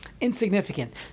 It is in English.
insignificant